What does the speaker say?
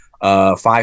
Five